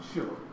Sure